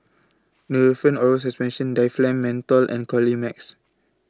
Nurofen Oral Suspension Difflam Menthol and Colimix